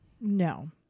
No